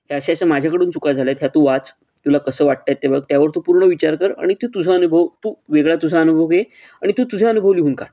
हे अशा अशा माझ्याकडून चुका झाल्या आहेत ह्या तू वाच तुला कसं वाटत आहेत ते बघ त्यावर तू पूर्ण विचार कर आणि तू तुझा अनुभव तू वेगळा तुझा अनुभव घे आणि तू तुझा अनुभव लिहून काढ